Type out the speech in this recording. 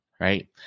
right